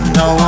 no